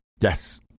Yes